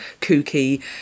kooky